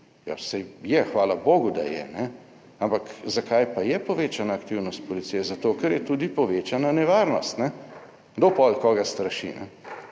saj je, hvala bogu da je, ampak zakaj pa je povečana aktivnost policije? Zato, ker je tudi povečana nevarnost. Kdo potem koga straši,